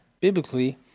biblically